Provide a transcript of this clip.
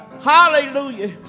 Hallelujah